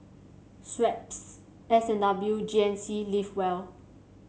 Schweppes S and W and G N C Live Well